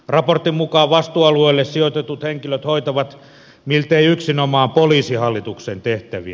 raportin mukaan vastuualueelle sijoitetut henkilöt hoitavat miltei yksinomaan poliisihallituksen tehtäviä